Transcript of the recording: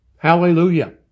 Hallelujah